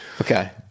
Okay